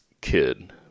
kid